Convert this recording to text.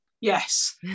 Yes